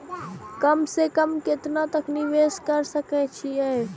कम से कम केतना तक निवेश कर सके छी ए?